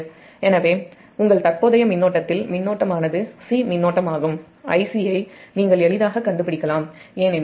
எனவே உங்கள் தற்போதைய மின்னோட்டமானது c ஆகும் Icயை நீங்கள் எளிதாகக் கண்டுபிடிக்கலாம் ஏனெனில் Ia Ib Ic 0